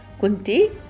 Kunti